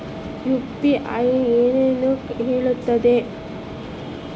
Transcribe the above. UPI ಏನನ್ನು ಹೇಳುತ್ತದೆ?